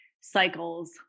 cycles